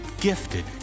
gifted